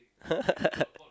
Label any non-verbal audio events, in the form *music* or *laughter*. *laughs*